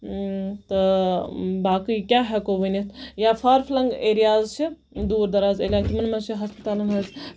تہٕ باقٕے کیاہ ہٮ۪کَو ؤنِتھ یا فار فٔلَنگ ایریاز چھِ دوٗر دَرازٕ یِمن منٛز چھِ ہَسپَتالَن منٛز